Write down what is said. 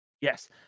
Yes